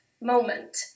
moment